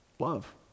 Love